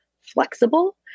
flexible